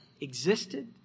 existed